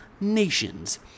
nations